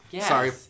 Sorry